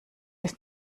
ist